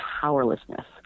powerlessness